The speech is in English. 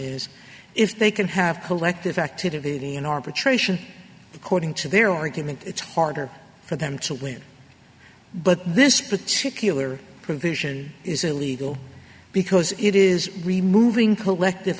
is if they can have collective activity in arbitration according to their argument it's harder for them to win but this particular provision is illegal because it is removing collective